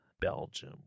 Belgium